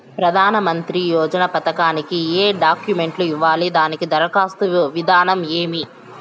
ప్రధానమంత్రి యోజన పథకానికి ఏ డాక్యుమెంట్లు ఇవ్వాలి దాని దరఖాస్తు విధానం ఏమి